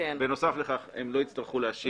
בנוסף, הם לא יצטרכו להשיב